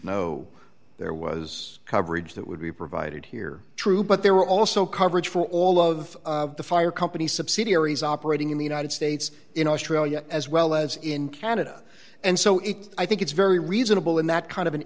know there was coverage that would be provided here true but there were also coverage for all of the fire companies subsidiaries operating in the united states in australia as well as in canada and so it's i think it's very reasonable in that kind of an